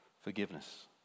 Forgiveness